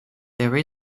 there